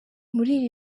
muri